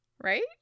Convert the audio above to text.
Right